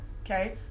Okay